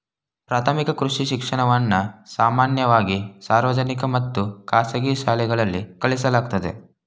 ಪ್ರಾಥಮಿಕ ಕೃಷಿ ಶಿಕ್ಷಣವನ್ನ ಸಾಮಾನ್ಯವಾಗಿ ಸಾರ್ವಜನಿಕ ಮತ್ತು ಖಾಸಗಿ ಶಾಲೆಗಳಲ್ಲಿ ಕಲಿಸಲಾಗ್ತದೆ